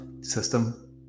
system